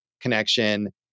connection